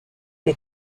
les